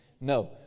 No